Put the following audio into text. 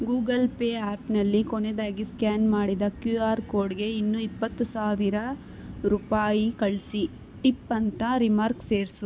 Google Pay ಆ್ಯಪ್ನಲ್ಲಿ ಕೊನೆದಾಗಿ scan ಮಾಡಿದ ಕ್ಯೂ ಆರ್ ಕೋಡ್ಗೆ ಇನ್ನೂ ಇಪ್ಪತ್ತು ಸಾವಿರ ರೂಪಾಯಿ ಕಳಿಸಿ ಟಿಪ್ ಅಂತ ರಿಮಾರ್ಕ್ ಸೇರಿಸು